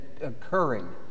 occurring